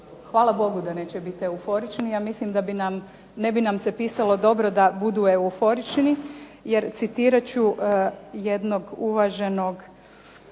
Hvala Bogu da neće biti euforični ne bi nam se pisalo dobro da budu euforični, jer citirat ću jednog uvaženog